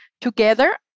together